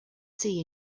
see